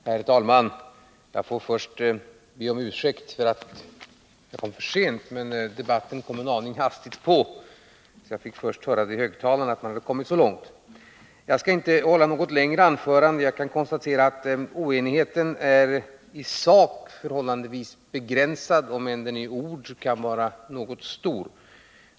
Herr talman! Jag får först be om ursäkt för att jag kom för sent. Debatten kom en aning hastigt på, så jag fick höra i högtalaren att man hade kommit så långt. Jag skall inte hålla något längre anförande. Jag kan konstatera att oenigheten i sak är förhållandevis begränsad om den än i ord kan vara stor.